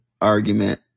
argument